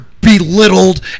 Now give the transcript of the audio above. belittled